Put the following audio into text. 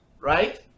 right